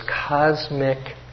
cosmic